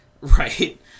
Right